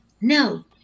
No